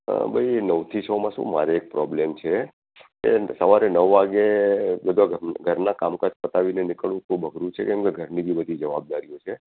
હ ભાઈ નવ થી છમાં શું મારે એક પ્રોબ્લેમ છે એન્ડ સવારે નવ વાગે બધા ઘરનાં કામકાજ પતાવીને નીકળવું ખૂબ અઘરું છે કેમકે ઘરની પણ બધી જવાબદારીઓ છે